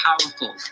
powerful